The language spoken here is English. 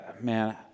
man